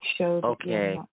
Okay